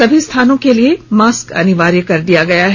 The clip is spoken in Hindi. सभी स्थानों के लिए मास्क अनिवार्य कर दिया गया है